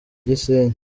gisenyi